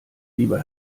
lieber